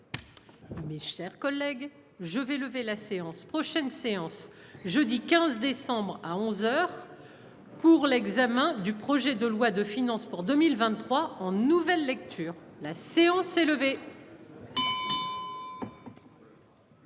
Mes chers collègues, je vais lever la séance prochaine séance jeudi 15 décembre à 11h. Pour l'examen du projet de loi de finances pour 2023, en nouvelle lecture. La séance est levée.